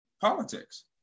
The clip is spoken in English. politics